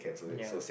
ya